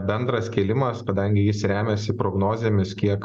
bendras kėlimas kadangi jis remiasi prognozėmis kiek